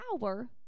power